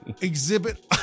exhibit